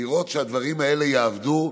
לראות שהדברים האלה יעבדו.